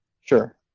Sure